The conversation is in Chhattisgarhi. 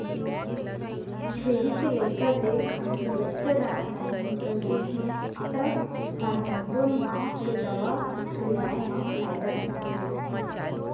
छेरी के लइका देय खानी बच्चादानी बाहिर निकल जाथे त हारमोटोन नांव के दवा पिलाए म फायदा मिलथे